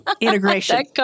integration